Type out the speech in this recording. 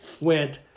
went